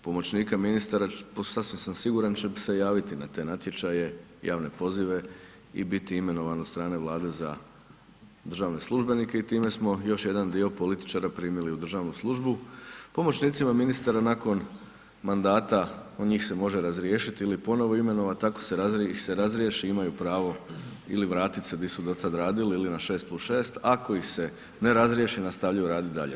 Veći broj pomoćnika ministara sasvim sam siguran će se javiti na te natječaje, javne pozive i biti imenovani od strane Vlade za državne službenike i time smo još jedan dio političara primili u državnu službu, pomoćnicima ministara nakon mandata, njih se može razriješiti ili ponovno imenovat, ako ih se razriješi, imaju pravo ili vratiti se di su to tad radili ili na 6+6, ako ih se ne razriješi, nastavljaju radit dalje.